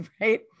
right